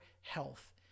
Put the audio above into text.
health